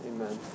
Amen